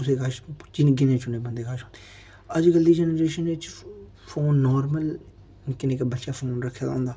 कुसै कच्छ गिने चुने बंदे कच्छ होंदे हे अज्जकल दी जनरेशन च फोन नार्मल निक्के निक्के बच्चें फोन रक्खे दा होंदा